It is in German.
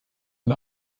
man